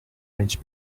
orange